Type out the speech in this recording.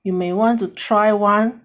you may want to try one